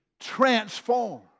Transform